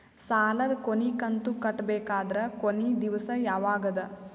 ಸಾಲದ ಕೊನಿ ಕಂತು ಕಟ್ಟಬೇಕಾದರ ಕೊನಿ ದಿವಸ ಯಾವಗದ?